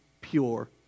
pure